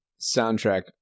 Soundtrack